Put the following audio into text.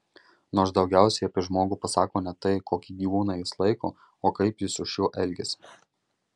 nors daugiausiai apie žmogų pasako ne tai kokį gyvūną jis laiko o kaip jis su šiuo elgiasi